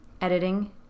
editing